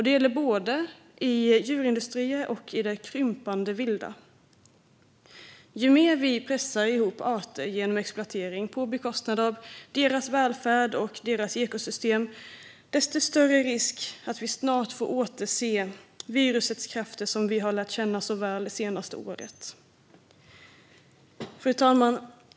Det gäller både i djurindustrier och i det krympande vilda. Ju mer vi pressar ihop arter genom exploatering på bekostnad av deras välfärd och ekosystem, desto större risk att vi snart får återse de viruskrafter som vi så väl lärt känna det senaste året. Fru talman!